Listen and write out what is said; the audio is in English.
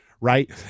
Right